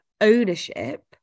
ownership